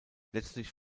letztlich